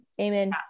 Amen